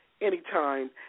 anytime